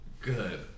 Good